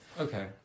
Okay